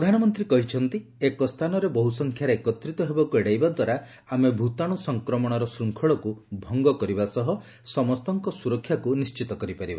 ପ୍ରଧାନମନ୍ତୀ କହିଛନ୍ତି ଏକ ସ୍ଚାନରେ ବହୁ ସଂଖ୍ୟାରେ ଏକତ୍ରିତ ହେବାକୁ ଏଡାଇବା ଦ୍ୱାରା ଆମେ ଭୂତାଶୁ ସଂକ୍ରମଶର ଶୂଙ୍ଖଳକୁ ଭଙ୍ଗ କରିବା ସହ ସମସ୍ତଙ୍କର ସୁରକ୍ଷାକୁ ନିଣ୍ବିତ କରିପାରିବା